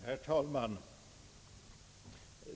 Herr talman!